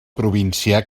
província